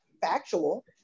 factual